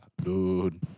dude